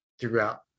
throughout